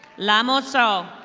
lamos ol.